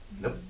Nope